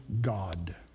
God